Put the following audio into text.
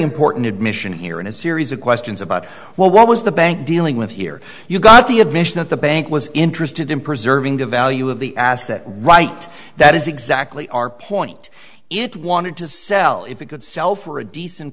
important admission here in a series of questions about well what was the bank dealing with here you got the admission that the bank was interested in preserving the value of the asset right that is exactly our point it wanted to sell if it could sell for a decent